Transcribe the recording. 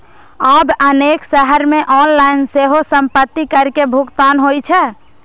आब अनेक शहर मे ऑनलाइन सेहो संपत्ति कर के भुगतान होइ छै